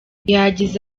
yagize